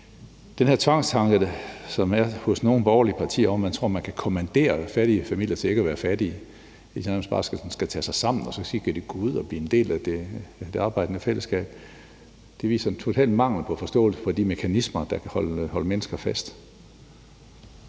Den her tvangstanke, der er hos nogle af de borgerlige partier, om, at man tror, at man kan kommandere de fattige familier til ikke at være fattige, og at de bare sådan skal tage sig sammen, og så kan de komme ud og blive en del af det arbejdende fællesskab, viser en total mangel på forståelse for de mekanismer, der kan holde mennesker fast.